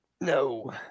No